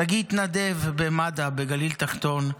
שגיא התנדב במד"א בגליל תחתון,